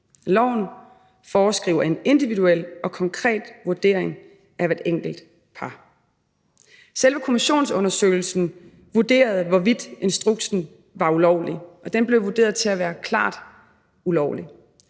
loven foreskriver en individuel og konkret vurdering af hvert enkelt par. Selve kommissionsundersøgelsen vurderede, hvorvidt instruksen var ulovlig, og den blev vurderet til at være klart ulovlig.